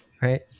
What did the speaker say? Right